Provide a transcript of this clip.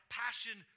passion